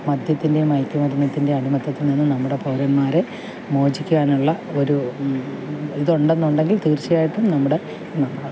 മദ്യത്തിൻ്റെയും മയക്കുമരുന്നിൻ്റെയും അടിമത്വത്തിൽ നിന്ന് നമ്മുടെ പൗരന്മാരെ മോചിപ്പിക്കാനുള്ള ഒരു ഇത് ഉണ്ടെന്നുണ്ടങ്കിൽ തീർച്ചയായിട്ടും നമ്മുടെ നന്നാവും